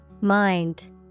Mind